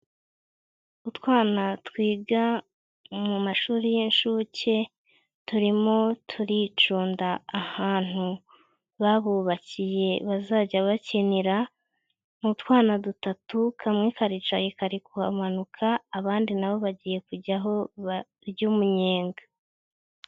utwana twiga mu mashuri y'inshuke turimo turicunda ahantu babubakiye bazajya bakinira mu twana dutatu kamwe karicaye kari kuhamanuka abandi nabo bagiye kujyaho barye umunyenga.